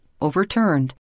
overturned